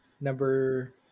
number